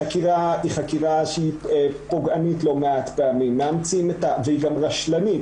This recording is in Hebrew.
החקירה היא חקירה שהיא פוגענית לא מעט פעמים והיא גם רשלנית,